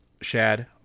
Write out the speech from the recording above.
Shad